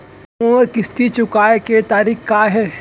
मोर किस्ती चुकोय के तारीक का हे?